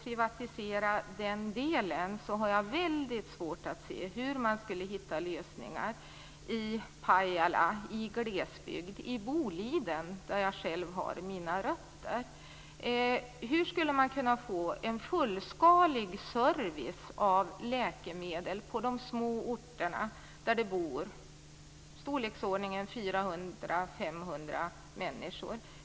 Jag har väldigt svårt att se hur man skall hitta lösningar i glesbygd - i Pajala eller Boliden, där jag själv har mina rötter - om vi privatiserar den delen. Hur skulle man kunna få en fullskalig service vad gäller läkemedel på de små orterna, där det bor i storleksordningen 400-500 människor?